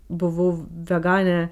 buvau veganė